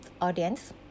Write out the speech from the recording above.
audience